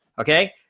Okay